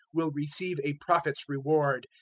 will receive a prophet's reward,